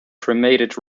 cremated